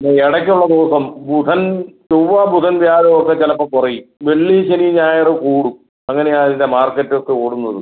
ഈ ഇടയ്ക്ക് ഉള്ള ദിവസം ബുധൻ ചൊവ്വ ബുധൻ വ്യാഴം ഒക്കെ ചിലപ്പോൾ കുറയും വെള്ളി ശനി ഞായർ കൂടും അങ്ങനെയാണ് ഇതിൻ്റെ മാർക്കറ്റ് ഒക്കെ കൂടുന്നത്